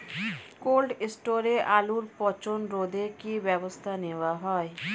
Cold স্টোরে আলুর পচন রোধে কি ব্যবস্থা নেওয়া হয়?